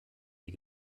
die